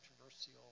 controversial